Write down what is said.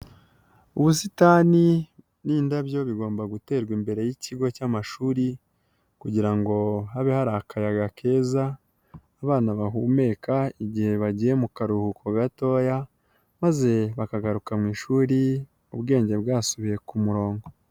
Ubusitani nindabyo bigomba guterwa imbere y'ikigo cy'amashuri kugirango habe hari akayaga keza abana bahumeka igihe bagiye mu karuhuko gatoya maze bakagaruka mu ishuri ubwenge bwasubiye ku murongo.